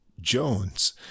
Jones